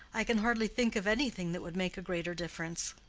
i can hardly think of anything that would make a greater difference.